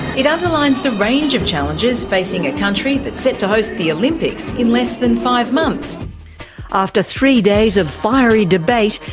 it underlines the range of challenges facing a country that is set to host the olympics in less than five months after three days of fiery debate,